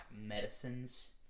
medicines